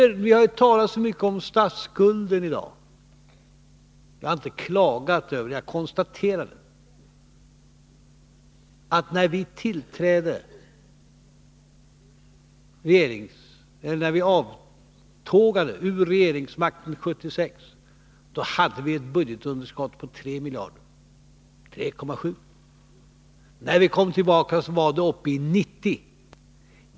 Vi har talat så mycket om statsskulden i dag. Jag har inte klagat över den, men jag konstaterar att när vi avtågade från regeringsmakten 1976 hade vi ett budgetunderskott på 3,7 miljarder, men när vi kom tillbaka var det uppe i 90 miljarder.